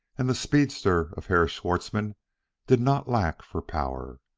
and the speedster of herr schwartzmann did not lack for power.